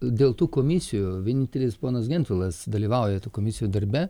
dėl tų komisijų vienintelis ponas gentvilas dalyvauja tų komisijų darbe